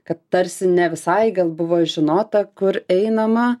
kad tarsi ne visai gal buvo žinota kur einama